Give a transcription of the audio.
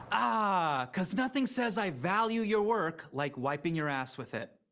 ah, because nothing says, i value your work, like wiping your ass with it.